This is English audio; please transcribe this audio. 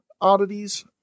oddities